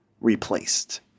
replaced